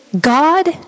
God